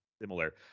similar